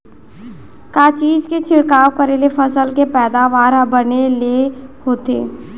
का चीज के छिड़काव करें ले फसल के पैदावार ह बने ले होथे?